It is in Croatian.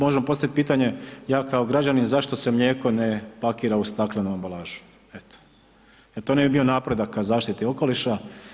Možemo postavit pitanje, ja kao građanin, zašto se mlijeko ne pakira u staklenu ambalažu eto, jel to ne bi bio napredak ka zaštiti okoliša.